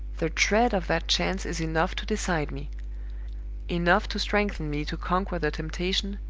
the dread of that chance is enough to decide me enough to strengthen me to conquer the temptation,